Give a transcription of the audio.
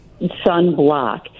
sunblock